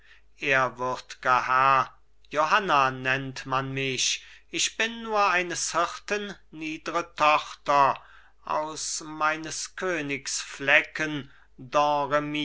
ehrwürdger herr johanna nennt man mich ich bin nur eines hirten niedre tochter aus meines königs flecken